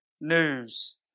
news